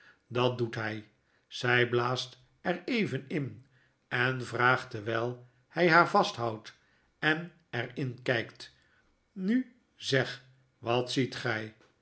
dat doet hy zy blaast er even in en vraagt terwyl hy haar vasthoudt en er in kjjkt i nu zeg wat ziet gy